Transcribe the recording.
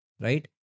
right